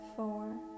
four